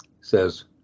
says